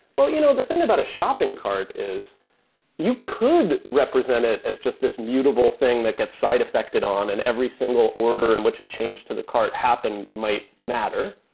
well, you know the thing about a shopping cart is you could represent it as just this mutable thing that gets side effected on and every single order in which a change to the cart happen might matter.